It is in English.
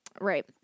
Right